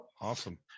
awesome